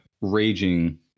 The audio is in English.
raging